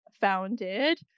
founded